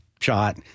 shot